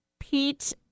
Pete